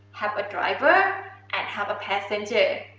have a driver and have a passenger.